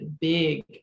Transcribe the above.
big